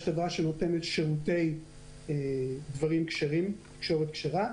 ויש חברה שנותנת שירותי תקשורת כשרה,